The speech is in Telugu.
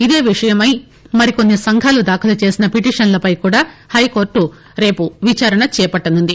ఇదే విషయమై మరికొన్ని సంఘాలు దాఖలు చేసిన పిటిషన్లపై కూడా హైకోర్టు రేపు విచారణకు చేపట్టనుంది